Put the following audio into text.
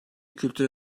kültüre